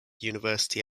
university